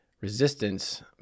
resistance